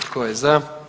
Tko je za?